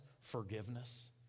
forgiveness